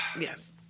Yes